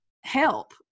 help